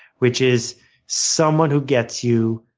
which is someone who gets you,